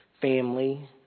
family